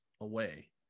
away